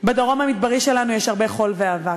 בדרום המדברי שלנו יש הרבה חול ואבק,